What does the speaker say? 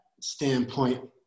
standpoint